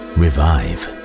revive